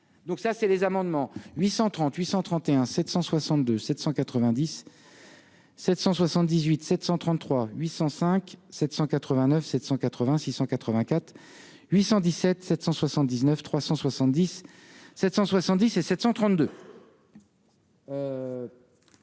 donc ça c'est les amendements 838 131 762 790. 778 733 805 789 780 684 817 779 370 770 et 732.